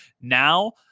Now